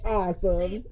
awesome